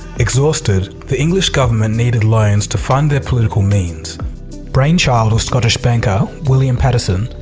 exhausted, the english government needed loans to fund their political means brainchild of scottish banker william paterson,